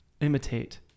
imitate